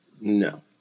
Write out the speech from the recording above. No